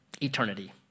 Eternity